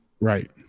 Right